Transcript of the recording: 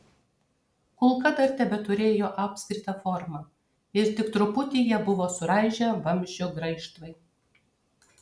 kulka dar tebeturėjo apskritą formą ir tik truputį ją buvo suraižę vamzdžio graižtvai